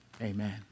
Amen